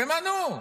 תמנו.